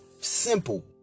simple